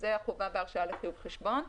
החובה בהרשאה לחיוב חשבון.